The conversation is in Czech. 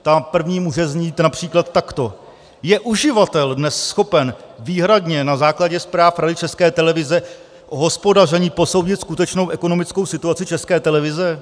Ta první může znít například takto: Je uživatel dnes schopen výhradně na základě zpráv Rady České televize o hospodaření posoudit skutečnou ekonomickou situaci České televize?